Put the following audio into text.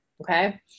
okay